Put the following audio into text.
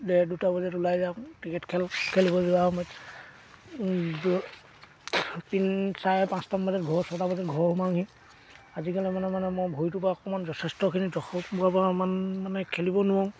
ডেৰ দুটা বজাত ওলাই যাওঁ ক্ৰিকেট খেল খেলিব যোৱাৰ সময়ত তিনি চাৰে পাঁচটামান বজাত ঘৰ ছটা বজাত ঘৰ সোমাওঁহি আজিকালি মানে মানে মই ভৰিটোৰপৰা অকণমান যথেষ্টখিনি জখম হোৱাৰপৰা মান মানে খেলিব নোৱাৰোঁ